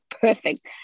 perfect